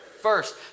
First